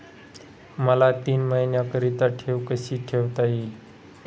मला तीन महिन्याकरिता ठेव कशी ठेवता येईल?